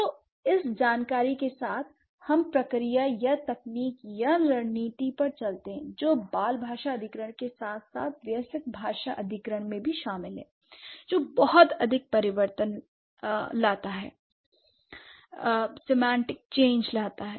तो इस जानकारी के साथ हम प्रक्रिया या तकनीक या रणनीति पर चलते हैं जो बाल भाषा अधिग्रहण के साथ साथ वयस्क भाषा अधिग्रहण में भी शामिल है जो बहुत अधिक अर्थ परिवर्तन लाता है